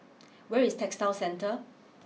where is Textile Centre